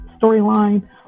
storyline